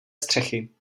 střechy